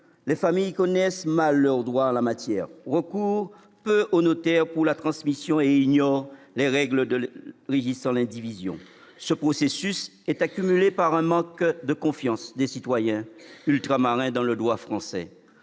les familles, connaissant mal leurs droits en la matière, recourent peu au notaire pour la transmission et ignorent les règles régissant l'indivision. Ce processus est accentué par un manque de confiance des citoyens ultramarins dans le droit français.